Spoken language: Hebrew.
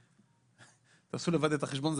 מתוך 150,000,000. תעשו לבד את החשבון,